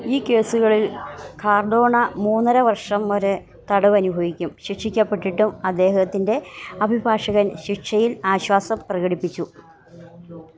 ഈ കേസുകളിൽ കാർഡോണ മൂന്നര വർഷം വരെ തടവനുഭവിക്കും ശിക്ഷിക്കപ്പെട്ടിട്ടും അദ്ദേഹത്തിന്റെ അഭിഭാഷകൻ ശിക്ഷയിൽ ആശ്വാസം പ്രകടിപ്പിച്ചു